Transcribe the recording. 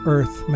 Earth